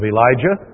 Elijah